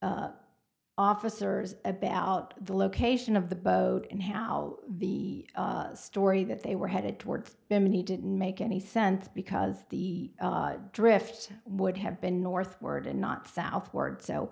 various officers about the location of the boat and how be story that they were headed towards them and he didn't make any sense because the drift would have been northward and not southward so